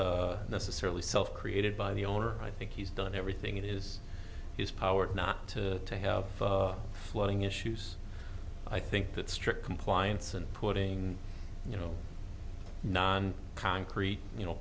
necessarily self created by the owner i think he's done everything it is his power not to have flooding issues i think that strict compliance and putting you know concrete you know